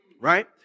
Right